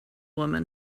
woman